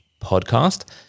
podcast